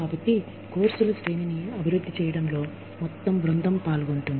కాబట్టి కోర్సుల శ్రేణిని అభివృద్ధి చేయడంలో మొత్తం బృందం పాల్గొంటుంది